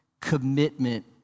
Commitment